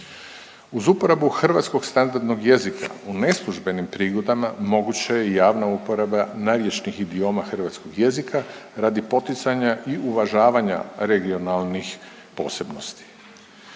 Uz uporabu hrvatskog standardnog jezika u neslužbenim prigodama, moguće je javna uporaba narječnih idioma hrvatskog jezika, radi poticanja i uvažavanja regionalnih posebnosti.